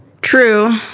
True